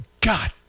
God